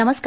नमस्कार